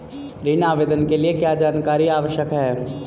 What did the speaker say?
ऋण आवेदन के लिए क्या जानकारी आवश्यक है?